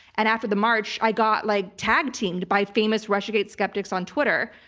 and after the march i got like tag-teamed by famous russiagate skeptics on twitter.